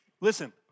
Listen